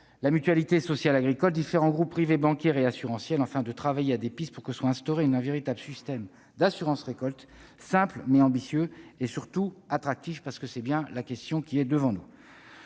mutualité sociale agricole, différents groupes privés bancaires et assurantiels -afin de travailler à des pistes, pour que soit instauré un véritable système d'assurance récolte, simple, mais ambitieux, et surtout attractif. C'est la question qui est devant nous.